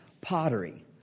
pottery